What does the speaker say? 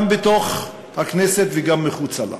גם בתוך הכנסת וגם מחוצה לה.